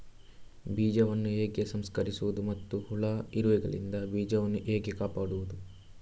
ಬೀಜವನ್ನು ಹೇಗೆ ಸಂಸ್ಕರಿಸುವುದು ಮತ್ತು ಹುಳ, ಇರುವೆಗಳಿಂದ ಬೀಜವನ್ನು ಹೇಗೆ ಕಾಪಾಡುವುದು?